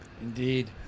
Indeed